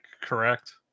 correct